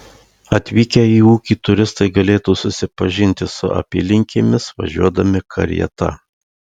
atvykę į ūkį turistai galėtų susipažinti su apylinkėmis važiuodami karieta